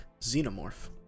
xenomorph